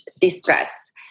distress